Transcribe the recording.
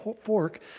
fork